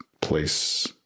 place